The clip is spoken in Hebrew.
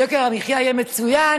כדי שיוקר המחיה יהיה מצוין,